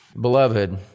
beloved